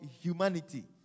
Humanity